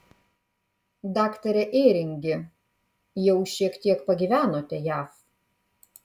daktare ėringi jau šiek tiek pagyvenote jav